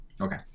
Okay